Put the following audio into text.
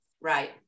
right